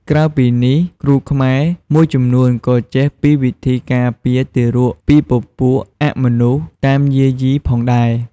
ក្រៅពីនេះគ្រូខ្មែរមួយចំនួនក៏ចេះពីវិធីកាពារទារកពីពពួកអមនុស្សតាមយាយីផងដែរ។